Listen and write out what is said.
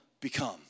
become